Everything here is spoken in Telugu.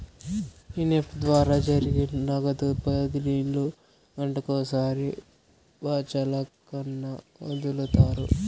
ఈ నెఫ్ట్ ద్వారా జరిగే నగదు బదిలీలు గంటకొకసారి బాచల్లక్కన ఒదులుతారు